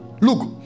Look